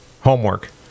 homework